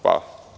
Hvala.